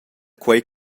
quei